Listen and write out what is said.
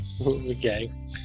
Okay